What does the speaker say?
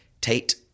Tate